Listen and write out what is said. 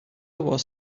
was